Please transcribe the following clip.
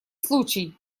случай